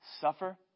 suffer